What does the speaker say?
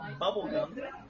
bubblegum